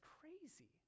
crazy